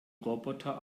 roboter